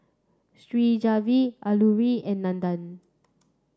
Shivaji Alluri and Nandan